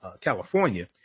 California